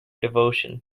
devotion